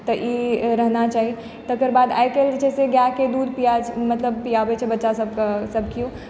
तऽ ई रहना चाही तकर बाद आइकाल्हि जे छै से गायके दूध पिआ मतलब पीयाबै छै बच्चा सबके सब केओ